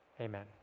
Amen